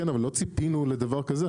אבל לא ציפינו לדבר כזה.